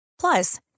Plus